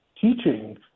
teaching